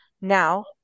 now